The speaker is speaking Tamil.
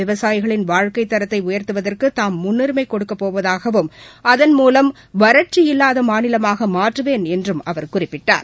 விவசாயிகளின் வாழ்க்கைத்தரத்தைஉயா்த்துவதற்குதாம் முன்னுரிமமகொடுக்கப்போவதாகவும் அதன் மூலம் வறட்சி இல்லாதமாநிலமாகமாற்றுவேன் என்றும் அவர் குறிப்பிட்டார்